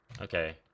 Okay